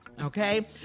okay